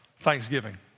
thanksgiving